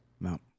No